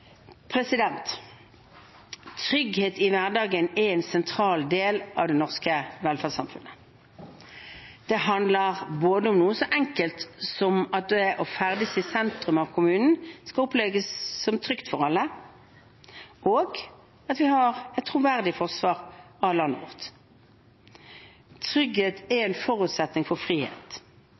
Trygghet i hverdagen er en sentral del av det norske velferdssamfunnet. Det handler både om noe så enkelt som at det å ferdes i sentrum av kommunen skal oppleves som trygt for alle, og om at vi har et troverdig forsvar av landet vårt. Trygghet er en forutsetning for frihet